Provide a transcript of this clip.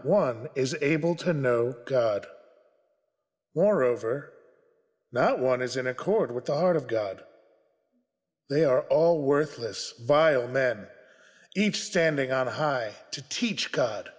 one is able to know moreover that one is in accord with the heart of god they are all worthless by a man each standing on a high to teach god